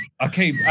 Okay